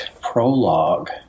Prologue